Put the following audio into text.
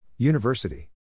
University